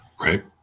Right